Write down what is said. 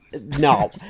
No